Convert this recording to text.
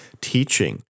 teaching